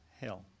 hell